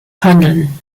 handeln